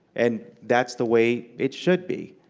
and that's the way it should be.